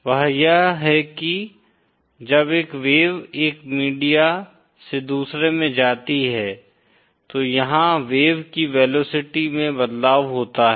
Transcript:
वह यह है कि जब एक वेव एक मीडिया से दूसरे में जाती है तो यहाँ वेव की वेलोसिटी में बदलाव होता है